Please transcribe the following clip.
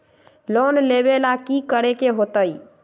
Loan लेवेला की करेके होतई?